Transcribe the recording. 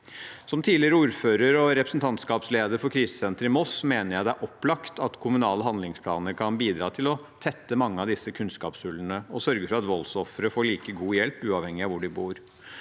Som tidligere ordfører og representantskapsleder for krisesenteret i Moss mener jeg det er opplagt at kommunale handlingsplaner kan bidra til å tette mange av disse kunnskapshullene og sørge for at voldsofre får like god hjelp uavhengig av hvor de bor.